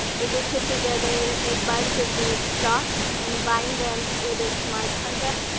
if you put together a bunch of these stocks, and bind them with the smart contract,